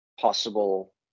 possible